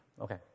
Okay